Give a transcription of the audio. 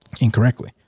incorrectly